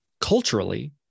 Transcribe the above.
culturally